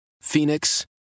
Phoenix